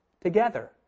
together